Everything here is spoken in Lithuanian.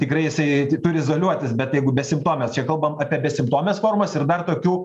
tikrai jisai turi izoliuotis bet jeigu besimptomes čia kalbam apie besimptomes formas ir dar tokių